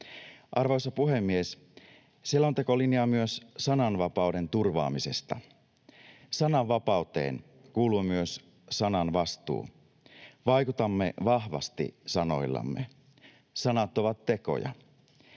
Arvoisa puhemies! Selonteko linjaa myös sananvapauden turvaamisesta. Sananvapauteen kuuluu myös sananvastuu. Vaikutamme vahvasti sanoillamme. Sanat ovat tekoja.